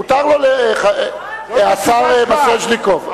מותר לו, השר מיסז'ניקוב.